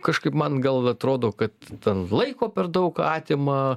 kažkaip man gal atrodo kad ten laiko per daug atima